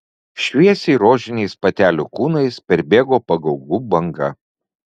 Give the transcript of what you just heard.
šviesiai rožiniais patelių kūnais perbėgo pagaugų banga